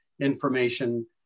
information